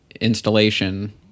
installation